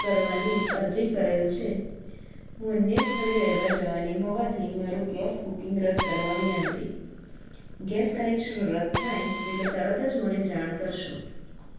કરવાની અરજી કરેલ છે હું અન્ય સ્થળે રહેવા જવાની હોવાથી મારું ગેસ બુકિંગ રદ કરવા વિનંતી ગેસ કનેક્શન રદ થાય એટલે તરત જ મને જાણ કરશો